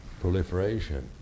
proliferation